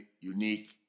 unique